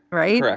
right, yeah